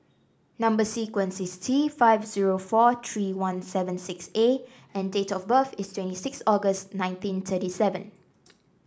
number sequence is T five zero four three one seven six A and date of birth is twenty six August nineteen thirty seven